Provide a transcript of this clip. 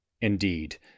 Indeed